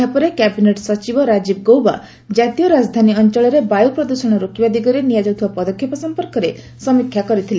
ଏହାପରେ କ୍ୟାବିନେଟ୍ ସଚିବ ରାଜୀବ୍ ଗୌବା ଜାତୀୟ ରାଜଧାନୀ ଅଞ୍ଚଳରେ ବାୟୁ ପ୍ରଦୂଷଣ ରୋକିବା ଦିଗରେ ନିଆଯାଉଥିବା ପଦକ୍ଷେପ ସମ୍ପର୍କରେ ସମୀକ୍ଷା କରିଥିଲେ